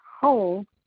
home